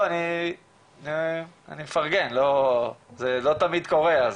אני מפרגן, זה לא תמיד קורה.